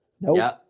Nope